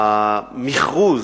המכרוז